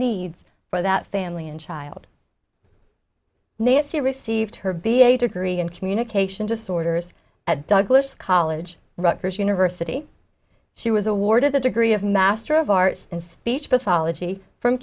needs for that family and child nancy received her be a degree in communication disorders at douglas college rutgers university she was awarded the degree of master of arts and speech pathology from